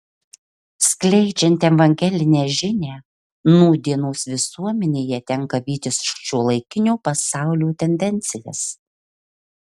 skleidžiant evangelinę žinią nūdienos visuomenėje tenka vytis šiuolaikinio pasaulio tendencijas